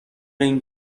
این